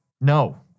No